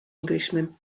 englishman